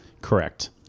Correct